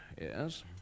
Yes